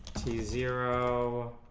zero